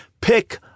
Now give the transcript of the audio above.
Pick